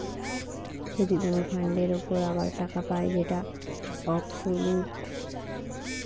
যদি কোন ফান্ডের উপর আবার টাকা পায় যেটা অবসোলুট